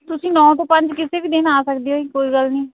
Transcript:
ਤੁਸੀਂ ਨੌਂ ਤੋਂ ਪੰਜ ਕਿਸੇ ਵੀ ਦਿਨ ਆ ਸਕਦੇ ਹੋ ਜੀ ਕੋਈ ਗੱਲ ਨਹੀਂ